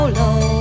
low